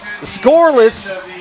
scoreless